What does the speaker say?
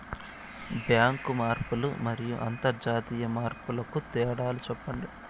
Bank మార్పులు మరియు అంతర్జాతీయ మార్పుల కు తేడాలు సెప్పండి?